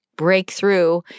Breakthrough